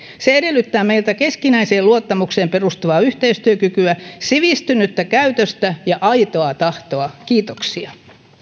se edellyttää meiltä keskinäiseen luottamukseen perustuvaa yhteistyökykyä sivistynyttä käytöstä ja aitoa tahtoa kiitoksia